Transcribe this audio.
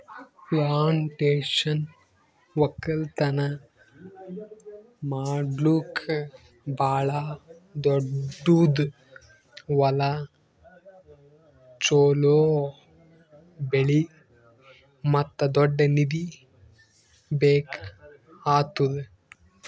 plantation ಒಕ್ಕಲ್ತನ ಮಾಡ್ಲುಕ್ ಭಾಳ ದೊಡ್ಡುದ್ ಹೊಲ, ಚೋಲೋ ಬೆಳೆ ಮತ್ತ ದೊಡ್ಡ ನಿಧಿ ಬೇಕ್ ಆತ್ತುದ್